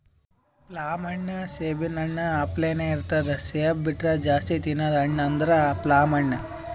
plum ಹಣ್ಣ್ ಸೇಬಿನ್ ಹಣ್ಣ ಅಪ್ಲೆನೇ ಇರ್ತದ್ ಸೇಬ್ ಬಿಟ್ರ್ ಜಾಸ್ತಿ ತಿನದ್ ಹಣ್ಣ್ ಅಂದ್ರ ಪ್ಲಮ್ ಹಣ್ಣ್